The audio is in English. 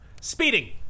Speeding